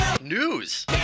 News